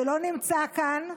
שלא נמצא כאן,